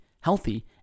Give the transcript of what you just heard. healthy